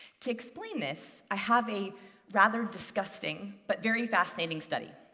to explain this, i have a rather disgusting but very fascinating study.